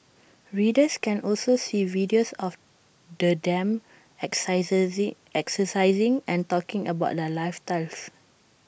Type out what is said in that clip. readers can also see videos of the them exercising and talking about their lifestyle